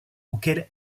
auquel